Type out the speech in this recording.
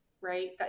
Right